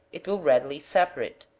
it will readily separate.